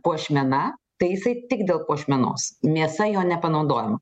puošmena tai isai tik dėl puošmenos mėsa jo nepanaudojoma